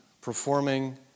performing